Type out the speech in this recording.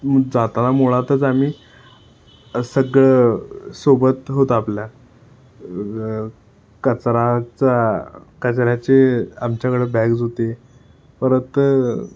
म् जाताना मुळातच आम्ही सगळं सोबत होतं आपल्या कचराचा कचऱ्याचे आमच्याकडं बॅग्ज होते परत